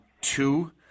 two